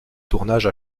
tournage